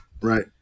right